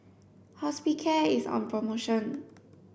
hospicare is on promotion